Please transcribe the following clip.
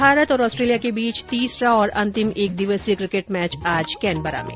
भारत और ऑस्ट्रेलिया के बीच तीसरा और अंतिम एक दिवसीय किकेट मैच आज कैनबरा में